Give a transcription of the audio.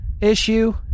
issue